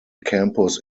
campus